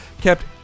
kept